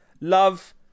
love